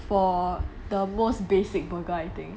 for the most basic burger guy thing